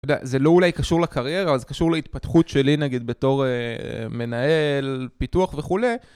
אתה יודע זה לא אולי קשור לקריירה, אבל זה קשור להתפתחות שלי נגיד, בתור מנהל, פיתוח וכולי.